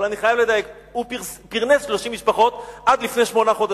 אבל אני חייב לדייק: הוא פרנס 30 משפחות עד לפני שמונה חודשים.